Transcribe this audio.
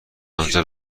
آنجا